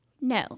No